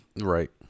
Right